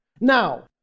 Now